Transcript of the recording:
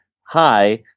hi